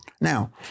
Now